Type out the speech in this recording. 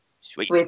sweet